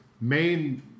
main